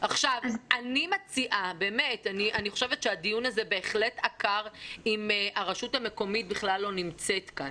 אני חושבת שהדיון הזה בהחלט עקר אם הרשות המקומית בכלל לא נמצאת כאן,